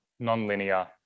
nonlinear